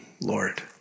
Lord